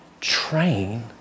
train